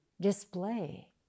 display